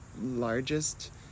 largest